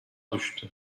düştü